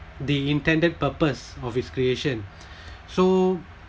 the intended purpose of his creation so